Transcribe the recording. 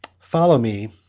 follow me,